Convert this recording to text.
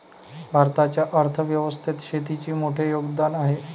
भारताच्या अर्थ व्यवस्थेत शेतीचे मोठे योगदान आहे